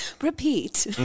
Repeat